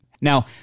Now